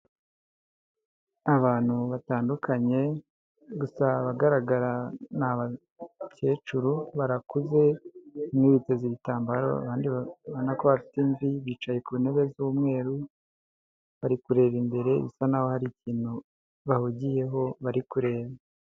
Abantu batandukanye gusa abagaragara ni abakecuru barakuze, bamwe biteza ibitambaro, abandi urabona ko bafite imvi bicaye ku ntebe z'umweru, bari kureba imbere bisa n'aho hari ikintu bahugiyeho bari kureba.